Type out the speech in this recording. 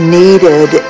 needed